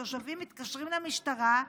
התושבים מתקשרים למשטרה,